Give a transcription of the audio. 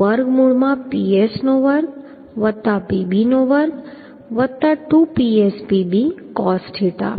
વર્ગમૂળ માં Ps નો વર્ગ Pb નો વર્ગ 2PsPb cos થીટા